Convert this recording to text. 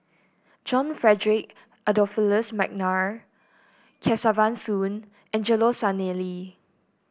John Frederick Adolphus McNair Kesavan Soon Angelo Sanelli